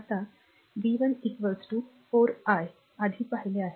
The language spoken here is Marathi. आता v 1 4 I आधी पाहिले आहे